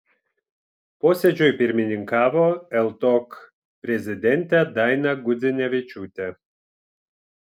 posėdžiui pirmininkavo ltok prezidentė daina gudzinevičiūtė